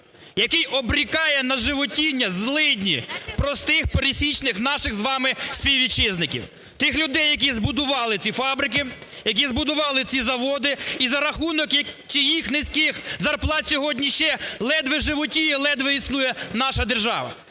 Який обрікає на животіння злидні простих пересічних наших з вами співвітчизників, тих людей, які збудували ці фабрики, які збудували ці заводи і за рахунок чиїх низьких зарплат сьогодні ще ледве животіє, ледве існує наша держава.